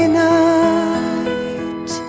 night